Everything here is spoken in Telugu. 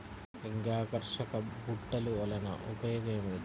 లింగాకర్షక బుట్టలు వలన ఉపయోగం ఏమిటి?